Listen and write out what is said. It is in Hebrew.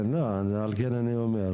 לא, על כן אני אומר.